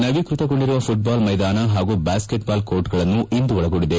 ನವೀಕೃತಗೊಂಡಿರುವ football ಮೈದಾನ ಹಾಗೂ basketball ಕೋರ್ಟ್ಗಳನ್ನು ಇದು ಒಳಗೊಂಡಿದೆ